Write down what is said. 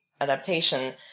adaptation